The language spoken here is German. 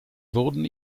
wurden